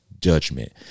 judgment